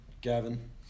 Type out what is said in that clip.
Gavin